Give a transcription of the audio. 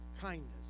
kindness